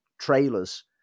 Trailers